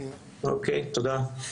אוקיי, תודה.